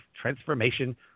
Transformation